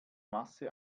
masse